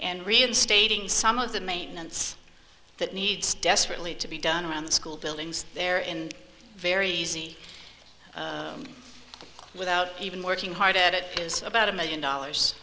and reinstating some of the maintenance that needs desperately to be done around the school buildings there in very easy without even working hard at it is about a million dollars